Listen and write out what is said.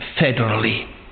federally